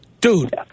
Dude